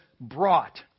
brought